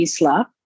Isla